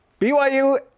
BYU